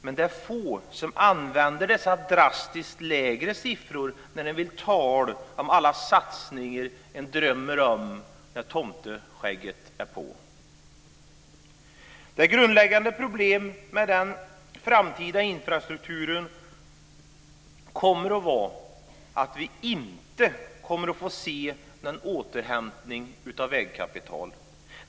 Men det är få som använder dessa drastiskt lägre siffror när de vill tala om alla satsningar de drömmer om när tomteskägget är på. Det grundläggande problemet med den framtida infrastrukturen kommer att vara att vi inte kommer att få se någon återhämtning av vägkapital.